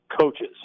coaches